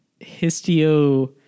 histio